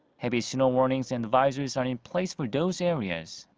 heavy snow warnings and advisories are in place for those areas.